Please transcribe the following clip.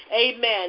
amen